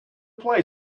play